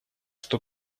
что